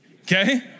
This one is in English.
Okay